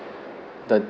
the